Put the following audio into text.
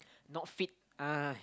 not fit ah